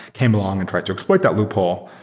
came along and tried to exploit that loophole.